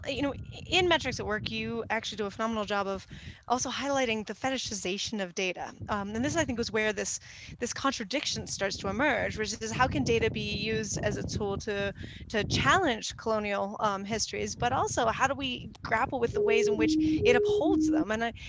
ah you know in metrics at work, you actually do a phenomenal job of also highlighting the fetishization of data. and this, i think, was where this this contradiction starts to emerge, which is how can data be used as a tool to to challenge colonial histories, but also how do we grapple with the ways in which it upholds them? and,